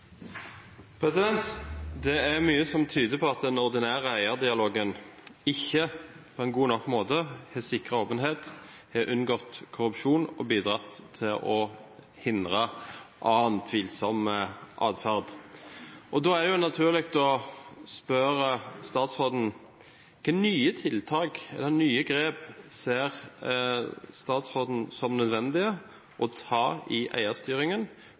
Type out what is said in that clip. mye som tyder på at den ordinære eierdialogen ikke på en god nok måte har sikret åpenhet og bidratt til å unngå korrupsjon og hindre annen tvilsom adferd. Da er det naturlig å spørre statsråden: Hvilke nye tiltak og nye grep ser statsråden det nødvendig å ta i eierstyringen